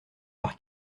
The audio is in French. par